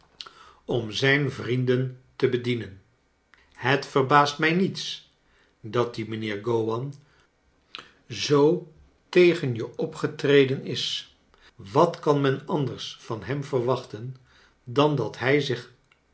om zijn vriem den te bedienen het verbaast mij niets dat die mijnheer g owan zoo tegen je opgetreden is wat kan men anders van hem verwachten dan dat hij zich